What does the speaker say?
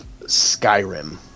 Skyrim